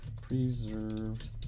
Preserved